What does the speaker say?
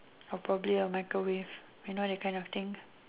or probably a microwave you know that kind of thing